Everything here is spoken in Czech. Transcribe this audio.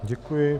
Děkuji.